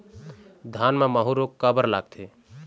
धान म माहू रोग काबर लगथे?